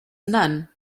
none